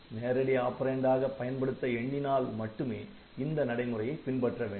நேரடி ஆப்பரேன்ட் ஆக பயன்படுத்த எண்ணினால் மட்டுமே இந்த நடைமுறையை பின்பற்ற வேண்டும்